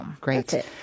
Great